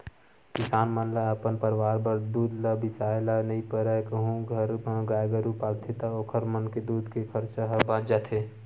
किसान मन ल अपन परवार बर दूद ल बिसाए ल नइ परय कहूं घर म गाय गरु पालथे ता ओखर मन के दूद के खरचा ह बाच जाथे